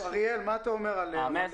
אריאל, מה אתה אומר על זה?